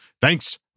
thanks